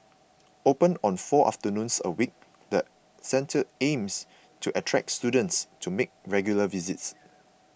open on four afternoons a week the centre aims to attract students to make regular visits